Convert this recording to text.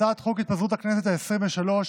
הצעת חוק התפזרות הכנסת העשרים-ושלוש,